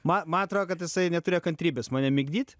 ma ma atro kad jisai neturėjo kantrybės mane migdyt